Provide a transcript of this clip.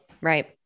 right